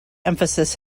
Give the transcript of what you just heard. emphasis